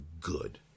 good